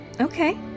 Okay